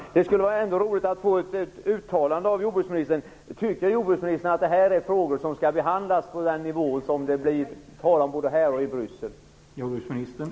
Värderade talman! Det skulle ändå vara roligt att få ett uttalande av jordbruksministern. Tycker jordbruksministern att det här är frågor som skall behandlas på den nivå som det blir tal om både här och i Bryssel?